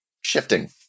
shifting